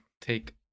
take